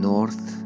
North